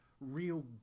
real